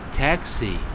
taxi